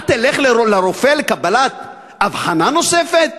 אתה תלך לרופא לקבלת אבחנה נוספת?